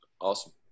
Awesome